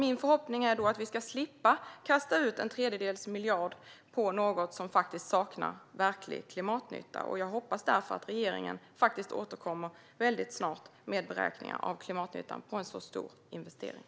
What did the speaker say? Min förhoppning är då att vi ska slippa kasta ut en tredjedels miljard på något som saknar verklig klimatnytta. Jag hoppas därför att regeringen återkommer väldigt snart med beräkningar av klimatnyttan hos en så stor investering.